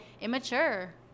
immature